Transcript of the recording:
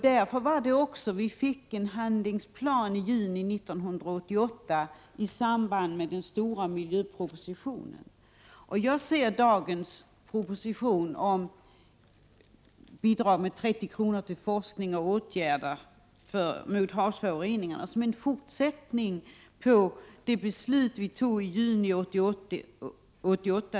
Därför fick vi också i juni 1988 en handlingsplan i samband med den stora miljöpropositionen. Jag ser förslaget i propositionen om 30 milj.kr. för forskning och åtgärder mot havsföroreningar som en fortsättning på det beslut som vi fattade i juni 1988.